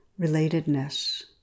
relatedness